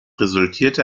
resultierte